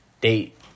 date